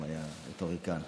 גם יוסי שריד היה רטוריקן.